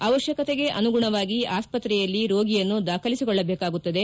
ಅವಶ್ಯಕತೆಗೆ ಅನುಗುಣವಾಗಿ ಆಸ್ಪತ್ರೆಯಲ್ಲಿ ರೋಗಿಯನ್ನು ದಾಖಲಸಿಕೊಳ್ಳಬೇಕಾಗುತ್ತದೆ